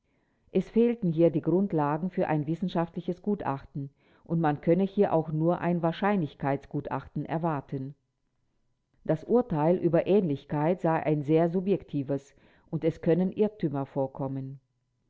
es fehlten hier die grundlagen für ein wissenschaftliches gutachten und man könne hier auch nur ein wahrscheinlichkeitsgutachten erwarten das urteil über ähnlichkeit sei ein sehr subjektives und es können irrtümer vorkommen